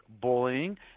bullying